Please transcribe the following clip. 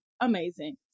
amazing